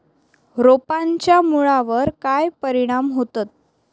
रोपांच्या मुळावर काय परिणाम होतत?